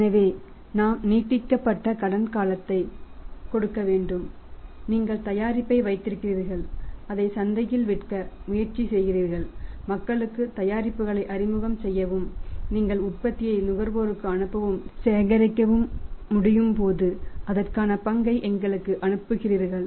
எனவே நாம் நீட்டிக்கப்பட்ட கடன் காலத்தை கொடுக்கவேண்டும் நீங்கள் தயாரிப்பை வைத்திருக்கிறீர்கள் அதை சந்தையில் விற்க முயற்சிக்கிறீர்கள் மக்களுக்கு தயாரிப்புகளை அறிமுகம் செய்யவும் நீங்கள் உற்பத்தியை நுகர்வோருக்கு அனுப்பவும் சேகரிக்கவும் முடியும் போது அதற்கான பங்கை எங்களுக்கு அனுப்புகிறீர்கள்